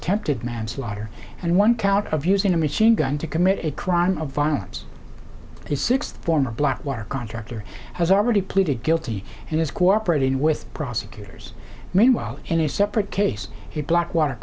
attempted manslaughter and one count of using a machine gun to commit a crime of violence is six former blackwater contractor has already pleaded guilty and is cooperating with prosecutors meanwhile in a separate case he blackwater